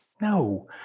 no